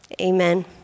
Amen